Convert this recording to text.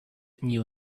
knew